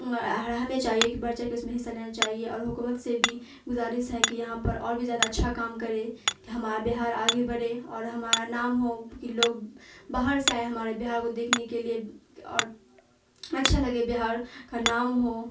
ہمیں چاہیے کہ بڑھ چڑھ کہ اس میں حصہ لینا چاہیے اور حکومت سے بھی گزارش ہے کہ یہاں پر اور بھی زیادہ اچھا کام کرے کہ ہمارا بہار آگے برھے اور ہمارا نام ہو کہ لوگ باہر سے آئے ہمارے بہار کو دیکھنے کے لیے اور اچھا لگے بہار کا نام ہو